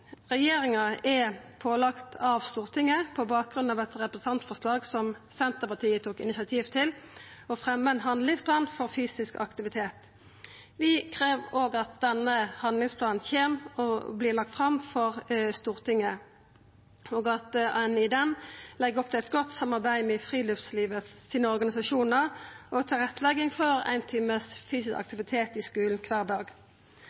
Regjeringa er pålagd av Stortinget, på bakgrunn av eit representantforslag som Senterpartiet tok initiativ til, å fremja ein handlingsplan for fysisk aktivitet. Vi krev òg at denne handlingsplanen kjem og vert lagd fram for Stortinget, og at ein der legg opp til eit godt samarbeid med friluftslivsorganisasjonane og legg til rette for ein times fysisk aktivitet i skulen kvar dag.